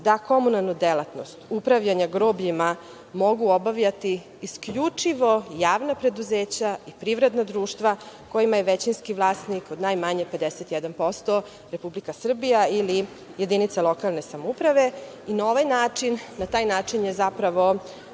da komunalnu delatnost upravljanja grobljima mogu obavljati isključivo javna preduzeća i privredna društva kojima je većinski vlasnik od najmanje 51% Republika Srbija ili jedinica lokalne samouprave i na ovaj način na taj način je zapravo